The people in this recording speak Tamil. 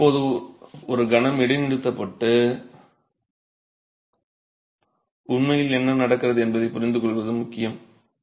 இப்போது ஒரு கணம் இடைநிறுத்தப்பட்டு உண்மையில் என்ன நடக்கிறது என்பதைப் புரிந்துகொள்வது முக்கியம்